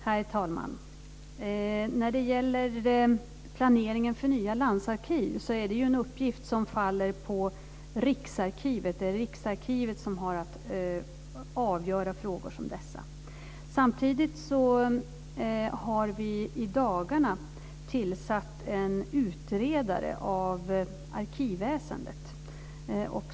Herr talman! När det gäller planeringen för nya landsarkiv är det en uppgift som faller på Riksarkivet. Det är Riksarkivet som har att avgöra frågor som dessa. Samtidigt har vi i dagarna tillsatt en utredare av arkivväsendet.